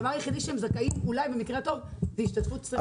הדבר היחיד שהם זכאים לו אולי במקרה הטוב זה השתתפות בשכר דירה.